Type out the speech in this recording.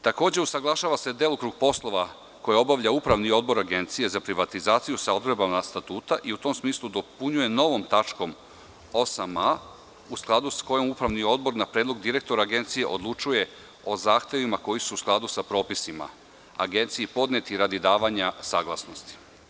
Takođe, usaglašava se delokrug poslova koje obavlja Upravni odbor Agencije za privatizaciju sa odredbama statuta i u tom smislu dopunjuju novom tačkom 8a u skladu sa kojom Upravni odbor na predlog direktora Agencije odlučuje o zahtevima koji su u skladu sa propisima Agenciji podneti radi davanja saglasnosti.